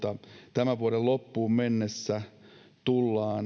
tämän vuoden loppuun mennessä tullaan